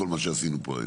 מכל מה שעשינו פה היום.